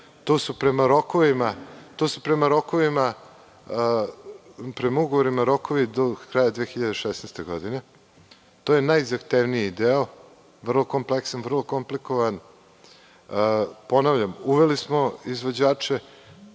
Klisuru. To su prema ugovorima rokovi do kraja 2016. godine. To je najzahtevniji deo, vrlo kompleksan, vrlo komplikovan. Ponavljam, uveli smo izvođače.